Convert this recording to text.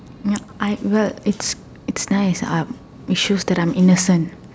yup I the it's it's nice it shows that I'm innocent